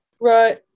right